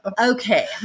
Okay